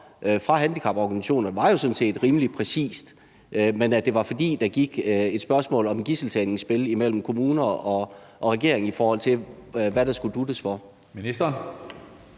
fra handicaporganisationerne, sådan set var rimelig præcist. Men det var et spørgsmål om, at der gik et gidselstagningsspil i gang mellem kommunerne og regeringen, i forhold til hvad der skulle dut'es for.